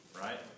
right